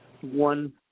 One